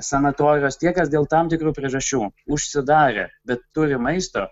sanatorijos tie kas dėl tam tikrų priežasčių užsidarė bet turi maisto